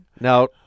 Now